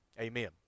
Amen